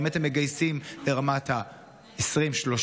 האם אתם מגייסים ברמת ה-20,000,